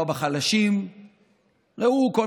ניצחון על מה?